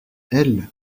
elles